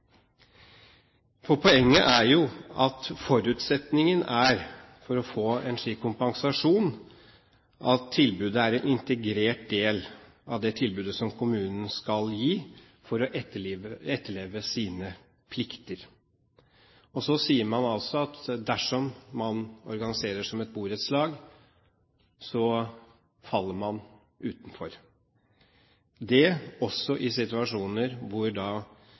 For poenget er jo at forutsetningen for å få en slik kompensasjon er at tilbudet er en integrert del av det tilbudet kommunen skal gi for å etterleve sine plikter. Så sier man at dersom man organiserer det som et borettslag, faller man utenfor – også i situasjoner